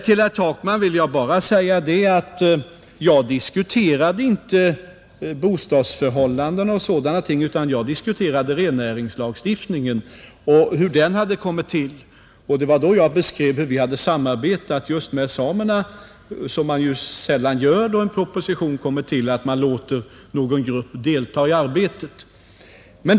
Till herr Takman vill jag bara säga att jag inte diskuterade bostadsförhållanden och sådant utan rennäringslagen och hur den kommit till. Jag beskrev då hur vi hade samverkat på ett sätt som man sällan brukar vid utarbetandet av en proposition, nämligen genom att låta företrädare för den grupp reformen gäller delta i utformningen.